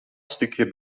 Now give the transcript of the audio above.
stukje